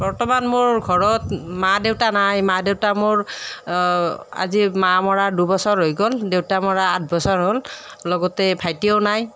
বৰ্তমান মোৰ ঘৰত মা দেউতা নাই মা দেউতা মোৰ আজি মা মৰা দুবছৰ হৈ গ'ল দেউতা মৰা আঠ বছৰ হ'ল লগতে ভাইটিও নাই